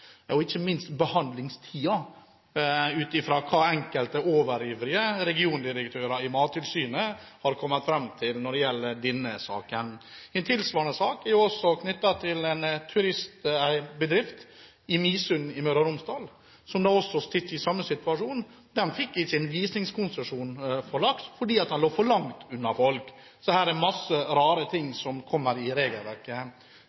og ikke minst behandlingstiden, ut fra hva enkelte overivrige regiondirektører i Mattilsynet har kommet fram til når det gjelder denne saken. En tilsvarende sak er knyttet til en turistbedrift i Midsund i Møre og Romsdal, som også er stilt i samme situasjon. De fikk ikke visningskonsesjon for laks fordi de lå for langt unna folk. Her er masse rare